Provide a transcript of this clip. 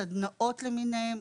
סדנאות למיניהן,